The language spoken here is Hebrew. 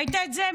ראית את זה?